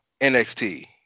NXT